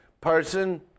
person